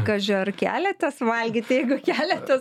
kaži ar keliatės valgyt jeigu keliatės